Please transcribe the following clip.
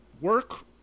work